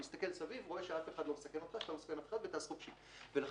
מסתכל סביב ורואה שאף אחד לא מסכן אותך ואתה לא מסכן אף אחד.